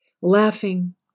laughing